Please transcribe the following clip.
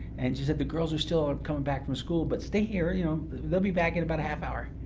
and she said the girls are still coming back from school, but stay here you know but but they'll be in about a half hour.